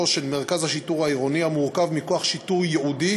של מרכז השיטור העירוני המורכב מכוח שיטור ייעודי